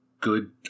good